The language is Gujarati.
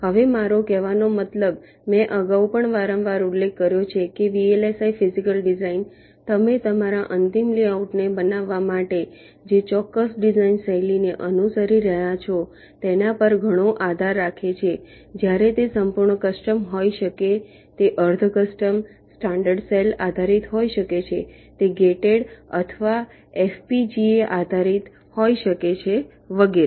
હવે મારો કહેવાનો મતલબ મેં અગાઉ પણ વારંવાર ઉલ્લેખ કર્યો છે કે વીએલએસઆઇ ફિઝિકલ ડિઝાઇન તમે તમારા અંતિમ લેઆઉટને બનાવવા માટે જે ચોક્કસ ડિઝાઇન શૈલીને અનુસરી રહ્યાં છો તેના પર ઘણો આધાર રાખે છે જ્યારે તે સંપૂર્ણ કસ્ટમ હોઈ શકે તે અર્ધ કસ્ટમ સ્ટાન્ડર્ડ સેલ આધારિત હોઈ શકે છે તે ગેટેડ અથવા FPGA એફપીજીએઆધારિત હોઈ શકે છે વગેરે